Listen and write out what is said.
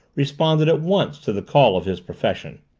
responded at once to the call of his profession.